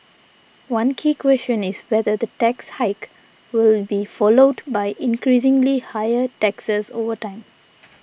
one key question is whether the tax hike will be followed by increasingly higher taxes over time